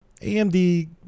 AMD